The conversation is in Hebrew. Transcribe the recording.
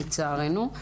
לצערנו.